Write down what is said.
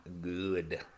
good